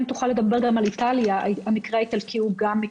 אני חושבת שחשוב לדבר גם על איטליה,